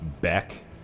Beck